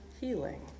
healing